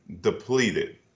depleted